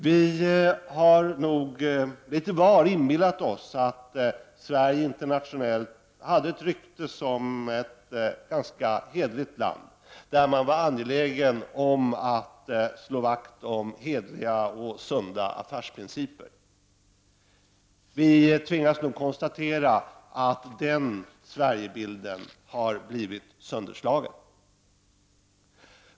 Vi i Sverige har nog litet till mans inbillat oss att Sverige internationellt hade ett rykte som ett ganska hederligt land, där man var angelägen om att slå vakt om hederliga och sunda affärsprinciper. Vi tvingas nu konstatera att den Sverigebilden har blivit sönderslagen.